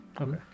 Okay